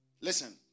Listen